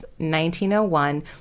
1901